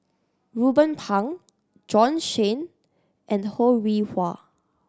Ruben Pang Bjorn Shen and Ho Rih Hwa